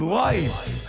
life